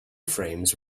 frames